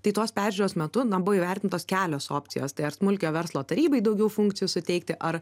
tai tos peržiūros metu buvo įvertintos kelios opcijos tai ar smulkiojo verslo tarybai daugiau funkcijų suteikti ar